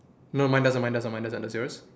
no mine doesn't mine doesn't mine doesn't does yours